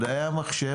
מדעי המחשב,